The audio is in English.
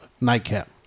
nightcap